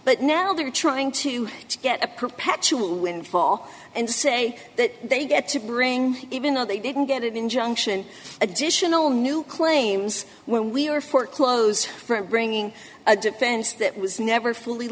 but now they're trying to get a perpetual windfall and say that they get bring even though they didn't get an injunction additional new claims when we were foreclosed for bringing a defense that was never fully